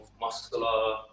muscular